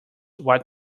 what